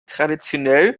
traditionell